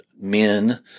men